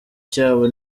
cyabo